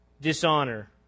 Dishonor